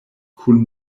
kun